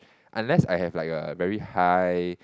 unless I have like a very high